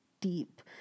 deep